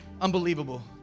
unbelievable